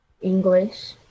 English